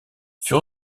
fut